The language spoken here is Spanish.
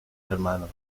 hermanos